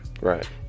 Right